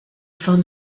fin